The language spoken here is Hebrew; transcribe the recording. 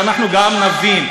שאנחנו גם נבין.